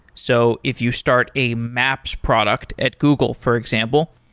so if you start a maps product at google for example,